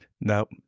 Nope